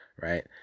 right